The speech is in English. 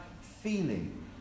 feeling